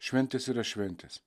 šventės yra šventės